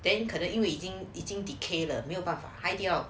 then 可能因为已经已经 decay 了没有办法还掉